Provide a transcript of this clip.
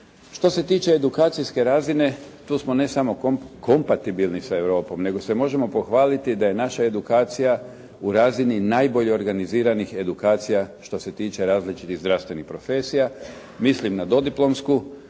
Što se tiče edukacijske razine tu smo ne samo kompatibilni sa Europom nego se možemo pohvaliti da je naša edukacija u razini najbolje organiziranih edukacija što se tiče različitih zdravstvenih profesija. Mislim na dodiplomsku